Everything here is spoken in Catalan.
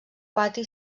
pati